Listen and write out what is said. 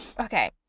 Okay